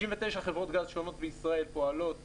59 חברות גז שונות פועלות בישראל,